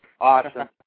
Awesome